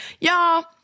y'all